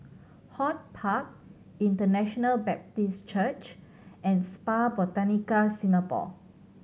HortPark International Baptist Church and Spa Botanica Singapore